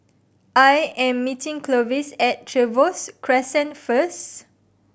I am meeting Clovis at Trevose Crescent first